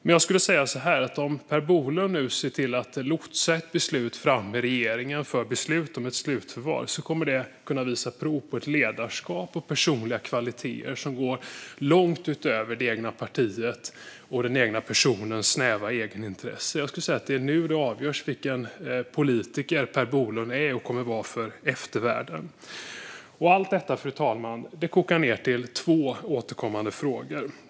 Men jag skulle säga så här: Om Per Bolund nu ser till att lotsa regeringen fram till ett beslut om ett slutförvar kommer han att visa prov på ledarskap och personliga kvaliteter som går långt utöver det egna partiets och den egna personens snäva egenintresse. Jag skulle säga att det är nu det avgörs vilken politiker Per Bolund är och kommer att vara för eftervärlden. Allt detta, fru talman, kokar ned till två återkommande frågor.